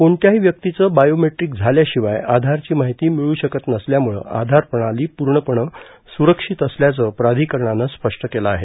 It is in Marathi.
कोणत्याही व्यक्तीचं बायोमेट्रिक झाल्याशिवाय आधारची माहिती मिळू शकत नसल्यामुळं आधार प्रणाली पूर्णपणे सुरक्षित असल्याचं प्राधिकरणानं स्पष्ट केलं आहे